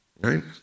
Right